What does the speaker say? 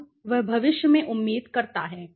अब वह भविष्य में उम्मीद करता है